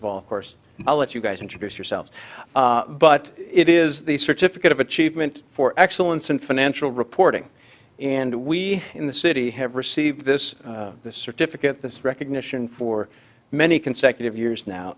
of all course i'll let you guys introduce yourself but it is the certificate of achievement for excellence in financial reporting and we in the city have received this this certificate this recognition for many consecutive years now